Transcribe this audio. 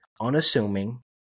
unassuming